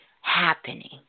happening